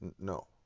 no